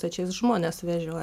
tai čia jis žmones vežiojo